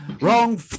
Wrong